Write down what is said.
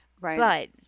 Right